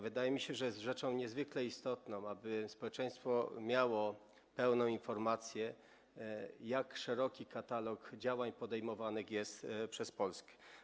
Wydaje mi się, że jest rzeczą niezwykle istotną to, aby społeczeństwo miało pełną informację o tym, jak szeroki jest katalog działań podejmowanych przez Polskę.